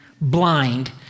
blind